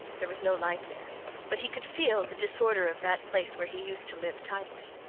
there was no light there but he could feel the disorder of that place where he used to live tidily.